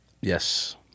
Yes